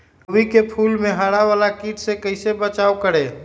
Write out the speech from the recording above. गोभी के फूल मे हरा वाला कीट से कैसे बचाब करें?